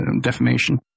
defamation